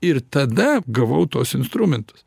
ir tada gavau tuos instrumentus